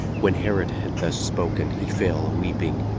when herod had thus spoken, he fell a weeping,